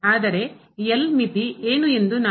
ಆದರೆ L ಮಿತಿ ಏನು ಎಂದು ನಾವು